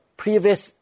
previous